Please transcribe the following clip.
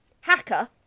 hacker